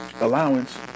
allowance